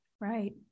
Right